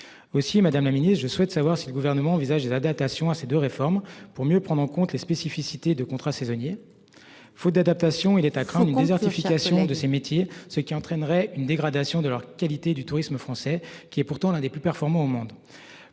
Aussi Madame la Ministre je souhaite savoir si le gouvernement envisage l'adaptation assez de réformes pour mieux prendre en compte les spécificités de contrat saisonnier. Faute d'adaptation, il est à craindre une désertification de ces métiers, ce qui entraînerait une dégradation de leur qualité du tourisme français qui est pourtant l'un des plus performants au monde.